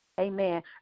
Amen